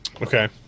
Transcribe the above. Okay